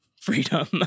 freedom